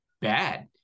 bad